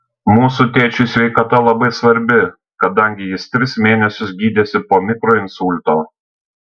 mūsų tėčiui sveikata labai svarbi kadangi jis tris mėnesius gydėsi po mikroinsulto